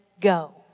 go